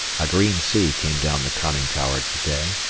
a green sea came down the conning tower to-day,